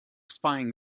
spying